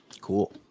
Cool